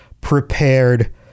prepared